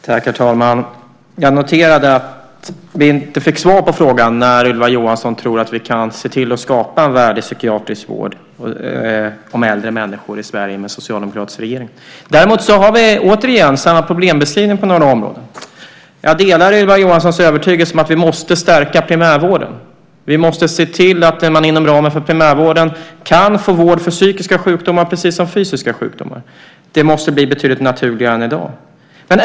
Herr talman! Jag noterade att vi inte fick svar på frågan när Ylva Johansson tror att vi kan se till att skapa en värdig psykiatrisk vård för äldre människor i Sverige med en socialdemokratisk regering. Däremot har vi återigen samma problembeskrivning på några områden. Jag delar Ylva Johanssons övertygelse om att vi måste stärka primärvården. Vi måste se till att man inom ramen för primärvården kan få vård för psykiska sjukdomar precis som fysiska sjukdomar. Det måste bli betydligt naturligare än i dag.